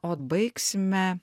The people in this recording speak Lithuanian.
o baigsime